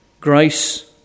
grace